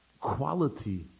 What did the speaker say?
quality